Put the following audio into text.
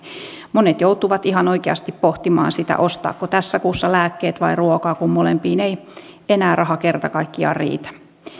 monet joutuvat ihan oikeasti pohtimaan sitä ostaako tässä kuussa lääkkeet vai ruokaa kun molempiin ei enää raha kerta kaikkiaan riitä